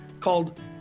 called